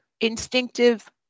instinctive